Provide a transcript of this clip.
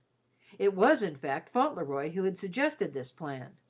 it was, in fact, fauntleroy who had suggested this plan.